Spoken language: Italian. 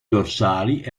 dorsali